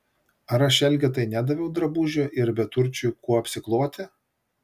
ar aš elgetai nedaviau drabužio ir beturčiui kuo apsikloti